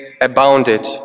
abounded